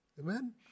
Amen